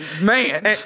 Man